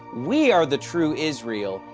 we are the true israel,